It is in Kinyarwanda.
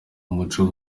umuco